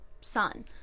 son